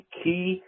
key